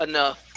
Enough